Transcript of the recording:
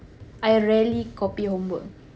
I rarely copy homework